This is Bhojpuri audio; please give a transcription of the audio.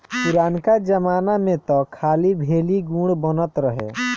पुरनका जमाना में तअ खाली भेली, गुड़ बनत रहे